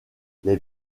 les